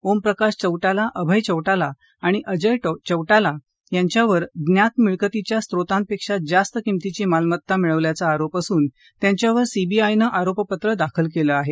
ओमप्रकाश चौटाला अभय चौटाला आणि अजय चौटाला यांच्यावर ज्ञात मिळकतीच्या स्त्रोतांपेक्षा जास्त किंमतीची मालमत्ता मिळवल्याचा आरोप असून त्यांच्यावर सीबीआयनं आरोपपत्र दाखल केलं आहे